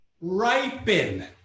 ripen